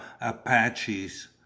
apaches